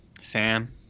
Sam